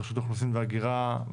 רשות האוכלוסין וההגירה,